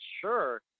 sure